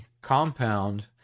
compound